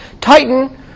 Titan